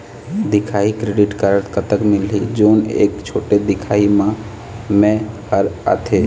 दिखाही credit card कतक मिलही जोन एक छोटे दिखाही म मैं हर आथे?